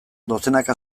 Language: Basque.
dozenaka